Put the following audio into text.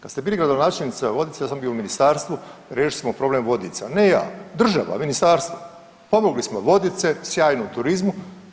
Kada ste bili gradonačelnica Vodica ja sam bio u ministarstvu riješili smo problem Vodica, ne ja, država, ministarstvo, pomogli smo Vodice sjajno u turizmu.